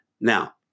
Now